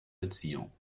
beziehung